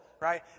Right